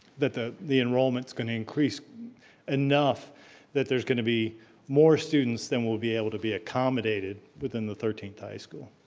that the, the enrollment's gonna increase enough that there's gonna be more students than will be able to be accommodated within the thirteenth high school.